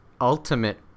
ultimate